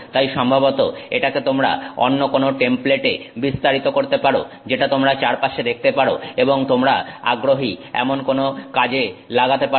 তাই সম্ভবত এটাকে তোমরা অন্য কোনো টেমপ্লেটে বিস্তারিত করতে পারো যেটা তোমরা চারপাশে দেখতে পারো এবং তোমরা আগ্রহী এমন কোনো কাজে লাগাতে পারো